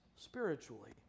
spiritually